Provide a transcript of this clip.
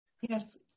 Yes